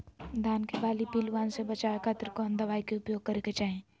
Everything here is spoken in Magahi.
धान के बाली पिल्लूआन से बचावे खातिर कौन दवाई के उपयोग करे के चाही?